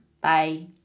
Bye